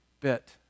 bit